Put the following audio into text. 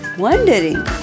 wondering